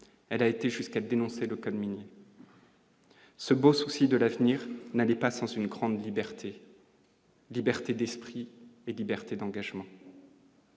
elle a été jusqu'à dénoncer le code minier. Ce beau souci de l'avenir n'est pas sans une grande liberté. Liberté d'esprit et de liberté d'engagement.